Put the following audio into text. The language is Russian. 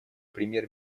премьер